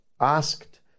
asked